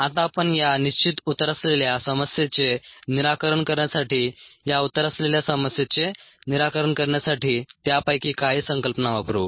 आता आपण या निश्चित उत्तर असलेल्या समस्येचे निराकरण करण्यासाठी या उत्तर असलेल्या समस्येचे निराकरण करण्यासाठी त्यापैकी काही संकल्पना वापरू